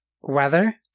weather